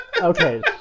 Okay